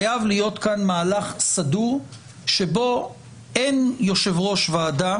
חייב להיות כאן מהלך סדור שבו אין יושב-ראש ועדה,